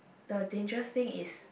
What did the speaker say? the dangerous thing is